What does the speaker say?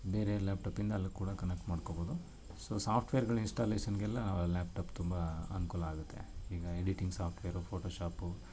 ಬೇರೆ ಲ್ಯಾಪ್ಟಾಪಿಂದ ಅಲ್ಲಿ ಕೂಡ ಕನೆಕ್ಟ್ ಮಾಡ್ಕೋಬೋದು ಸೊ ಸಾಫ್ಟ್ವೇರ್ಗಳು ಇನ್ಸ್ಟಾಲೇಷನ್ನಿಗೆಲ್ಲಾ ಲ್ಯಾಪ್ಟಾಪ್ ತುಂಬ ಅನುಕೂಲ ಆಗುತ್ತೆ ಈಗ ಎಡಿಟಿಂಗ್ ಸಾಫ್ಟ್ವೇರು ಫೋಟೋಶಾಪು